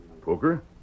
Poker